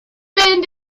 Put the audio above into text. bend